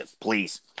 please